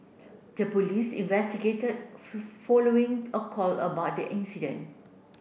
the police investigated following a call about the incident